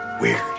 weird